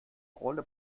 rolle